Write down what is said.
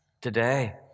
today